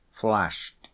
flashed